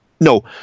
no